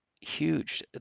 huge